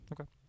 Okay